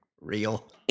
Real